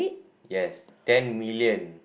yes ten million